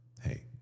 hey